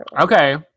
okay